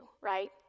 right